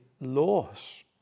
loss